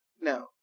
No